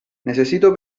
necesito